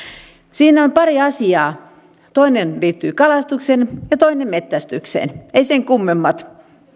siinä on pari asiaa toinen liittyy kalastukseen ja toinen metsästykseen ei sen kummempaa